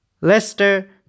Leicester